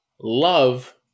love